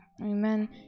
Amen